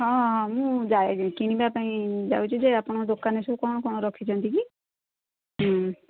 ହଁ ହଁ ମୁଁ ଯାଏ କିଣିବା ପାଇଁ ଯାଉଛି ଯେ ଆପଣ ଦୋକାନରେ ସବୁ କ'ଣ କ'ଣ ରଖିଛନ୍ତି କି ହୁଁ